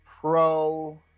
pro